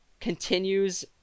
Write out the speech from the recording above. continues